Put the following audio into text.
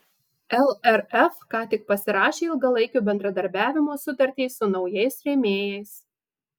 lrf ką tik pasirašė ilgalaikio bendradarbiavimo sutartį su naujais rėmėjais